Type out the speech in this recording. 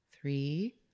Three